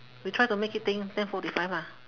we try to make it think ten forty five ah